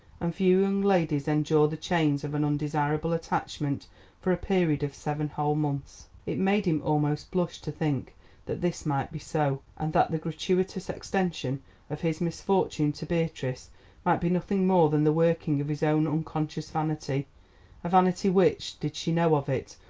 and few young ladies endure the chains of an undesirable attachment for a period of seven whole months. it made him almost blush to think that this might be so, and that the gratuitous extension of his misfortune to beatrice might be nothing more than the working of his own unconscious vanity a vanity which, did she know of it,